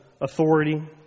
authority